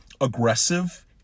aggressive